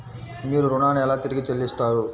మీరు ఋణాన్ని ఎలా తిరిగి చెల్లిస్తారు?